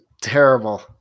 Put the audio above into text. terrible